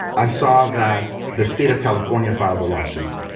i saw that the state of california filed a lawsuit.